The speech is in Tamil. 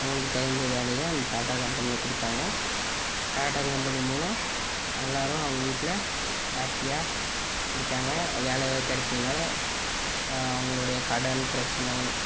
அவங்களுக்கு தகுந்த வேலையை அந்த டாட்டா கம்பெனியில் கொடுத்தாங்க டாட்டா கம்பனி மூலம் எல்லோரும் அவங்க வீட்டில் ஹாப்பியாக இருக்காங்க வேலை கிடைச்சதுனால அவங்களுடைய கடன் பிரச்சனை